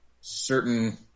certain